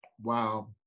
Wow